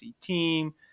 team